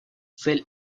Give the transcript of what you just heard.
цель